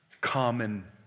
common